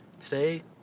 Today